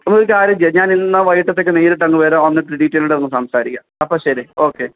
എന്നാൽ ഒരു കാര്യം ചെയ്യാം ഞാനിന്നാ വൈകീട്ടത്തേക്ക് നേരിട്ടങ്ങ് വരാം വന്നിട്ട് ഡീറ്റയില്ഡായിട്ടൊന്നു സംസാരിക്കാം അപ്പോൾ ശരി ഓക്കെ